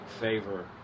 favor